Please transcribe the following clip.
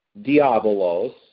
diabolos